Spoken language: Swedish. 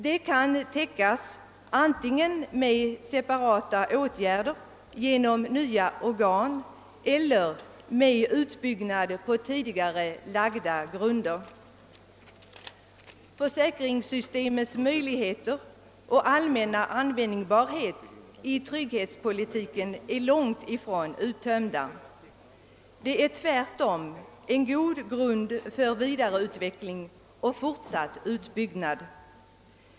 De kan täckas antingen med separata åtgärder genom nya organ eller med utbyggnad på tidigare lagda grunder. Försäkringssystemets möjligheter och allmänna användbarhet i trygghetspolitiken är långt ifrån uttömda. Det finns tvärtom goda grunder för vidare utveckling och fortsatt utbyggnad.